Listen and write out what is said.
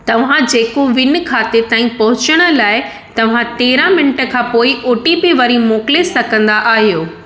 तव्हां जे कोविन खाते ताईं पहुचण लाइ तव्हां तेरहां मिंट खां पोइ ओ टी पी वरी मोकिले सघंदा आहियो